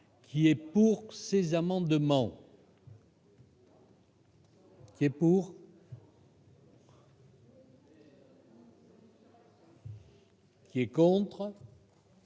qui est pour ces amendements. Est pour. Qui est contre.